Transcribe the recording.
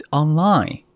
online